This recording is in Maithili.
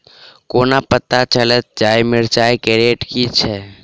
कोना पत्ता चलतै आय मिर्चाय केँ रेट की छै?